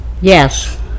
Yes